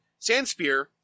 Sandspear